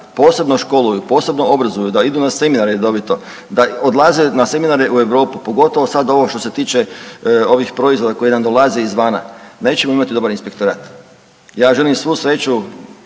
posebno školuju, posebno obrazuju, da idu na seminare redovite, da odlaze na seminare u Europu, pogotovo sad ovo što se tiče ovih proizvoda koji dolaze izvana. Nećemo imati dobar inspektorat. Ja želim svu sreću